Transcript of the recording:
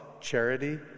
charity